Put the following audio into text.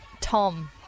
Tom